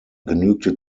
genügte